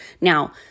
Now